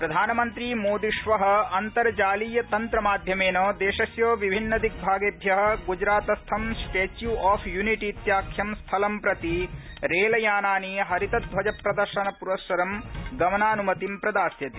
प्रधानमन्त्री मोदी श्व जन्तर्जालीयतन्त्रमाध्यमेन देशस्य विभिन्न दिग्भागेभ्य ग्जरातस्थं स्टैच् ऑफ य्निटि इत्याख्यं स्थलं प्रति रेलयानानि हरितध्वजप्रदर्शन प्रस्सरं गमनानुमतिं प्रदास्यते